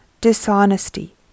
dishonesty